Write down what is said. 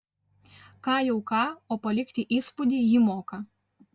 ką jau ką o palikti įspūdį ji moka